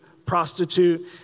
prostitute